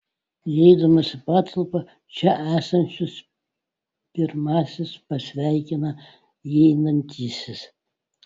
įeidamas į patalpą čia esančius pirmasis pasveikina įeinantysis